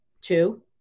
Two